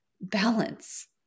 balance